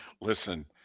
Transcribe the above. Listen